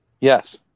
yes